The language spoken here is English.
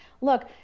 Look